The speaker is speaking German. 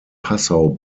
passau